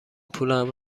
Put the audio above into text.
پولم